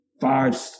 five